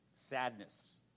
Sadness